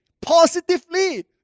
positively